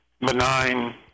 benign